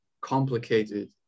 complicated